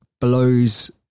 blows